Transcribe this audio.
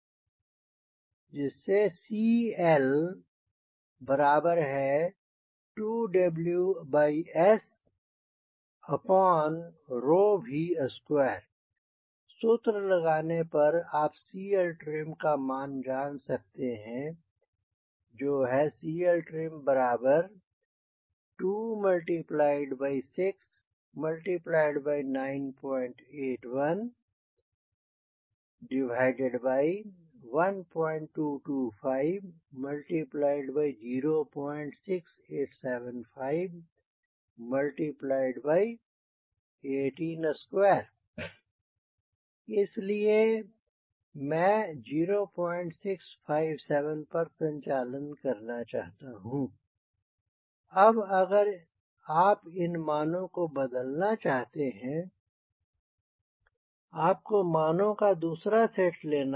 CL2WSV2 सूत्र लगाने पर आप CLtrim का मान जान सकते हैं जो है CLtrim26981122506875182 इस लिए मैं 0657 पर संचालन करना चाहता हूँ अब अगर आप इन मानों को बदलना चाहते हैं आपको मानों का दूसरा सेट लेना होगा